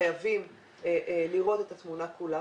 חייבים לראות את התמונה כולה,